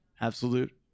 absolute